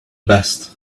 best